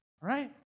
right